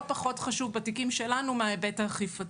פחות חשוב בתיקים שלנו מההיבט האכפתי.